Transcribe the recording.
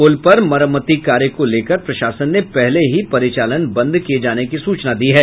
पुल पर मरम्मती कार्य को लेकर प्रशासन ने पहले ही परिचालन बंद किये जाने की सूचना दी है